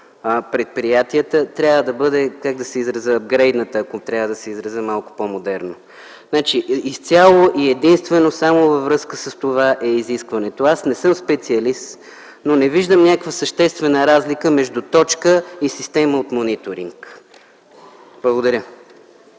предприятията, трябва да бъде ъпгрейдната, ако трябва да се изразя малко по-модерно. Изцяло и единствено само във връзка с това е изискването. Аз не съм специалист, но не виждам някаква съществена разлика между точка и система от мониторинг. Благодаря.